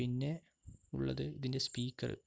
പിന്നെ ഉള്ളത് ഇതിൻ്റെ സ്പീക്കർ